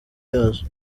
yazo